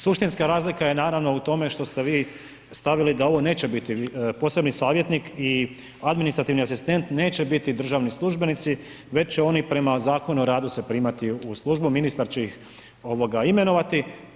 Suštinska razlika je naravno u tome što ste vi stavili da ovo neće biti posebni savjetnik i administrativni asistent neće biti državni službenici, već će oni prema Zakonu o radu se primati u službu, ministar će ih imenovati.